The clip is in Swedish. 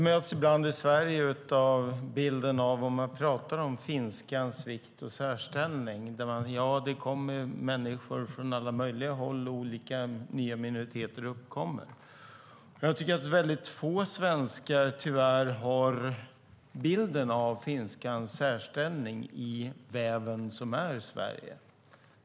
Herr talman! När jag talar om finskans vikt och särställning i Sverige möts jag ibland av denna bild: Ja, det kommer ju människor från alla möjliga håll, och olika nya minoriteter uppkommer. Jag tycker tyvärr att få svenskar har bilden av finskans särställning klar för sig i den väv som är Sverige.